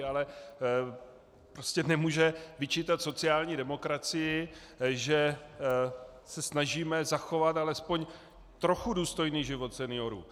Ale prostě nemůže vyčítat sociální demokracii, že se snažíme zachovat alespoň trochu důstojný život seniorů.